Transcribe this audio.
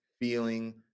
feeling